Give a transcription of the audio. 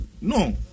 no